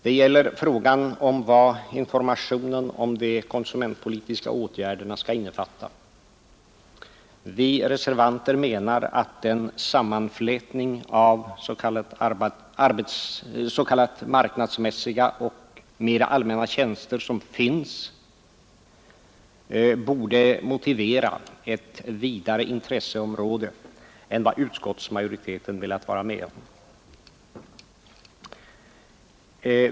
Det gäller frågan om vad informationen om de konsumentpolitiska åtgärderna skall innefatta. Vi reservanter menar att den sammanflätning av s.k. marknadsmässiga och mera allmänna tjänster som finns borde motivera ett vidare intresseområde än vad utskottsmajoriteten velat vara med om.